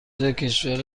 کشور